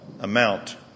amount